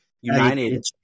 United